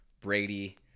Brady